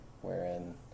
wherein